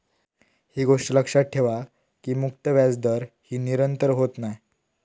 ही गोष्ट लक्षात ठेवा की मुक्त व्याजदर ही निरंतर होत नाय